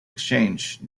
exchange